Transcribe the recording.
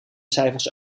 cijfers